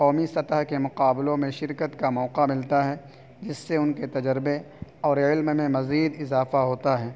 قومی سطح کے مقابلوں میں شرکت کا موقع ملتا ہے جس سے ان کے تجربے اور علم میں مزید اضافہ ہوتا ہے